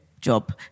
job